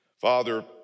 Father